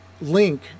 link